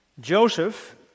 Joseph